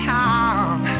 time